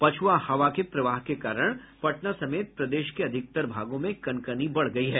पछुआ हवा के प्रवाह के कारण पटना समेत प्रदेश के अधिकतर भागों में कनकनी बढ़ गयी है